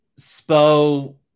Spo